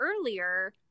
earlier